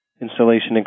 installation